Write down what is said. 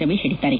ರವಿ ಹೇಳಿದ್ದಾರೆ